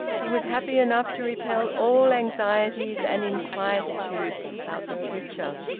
he was happy enough to repel all anxieties and inquietudes about the future.